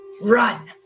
Run